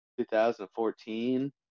2014